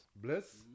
bliss